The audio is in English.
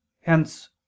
hence